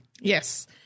Yes